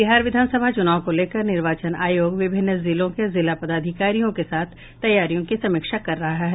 बिहार विधानसभा चुनाव को लेकर निर्वाचन आयोग विभिन्न जिलों के जिला पदाधिकारियों के साथ तैयारियों की समीक्षा कर रहा है